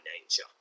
nature